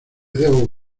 debo